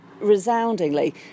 resoundingly